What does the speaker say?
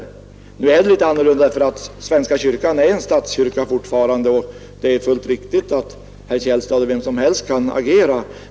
Nu är det litet annorlunda, eftersom svenska kyrkan fortfarande är en statskyrka, och det är fullt riktigt att herr Källstad och vem som helst kan agera.